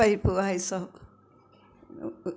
പരിപ്പ് പായസം